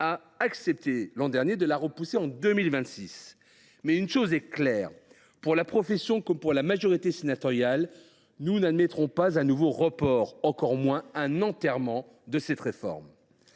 a accepté, l’an dernier, de repousser celle ci à 2026, une chose est claire : la profession comme la majorité sénatoriale n’admettront pas un nouveau report, et encore moins un enterrement de cette réforme.